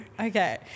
Okay